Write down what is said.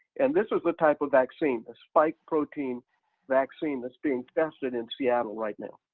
and this is the type of vaccine, a spike protein vaccine that's being tested in seattle right now.